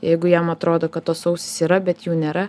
jeigu jiem atrodo kad tos ausys yra bet jų nėra